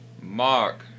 Mark